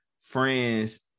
friends